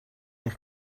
eich